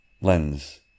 lens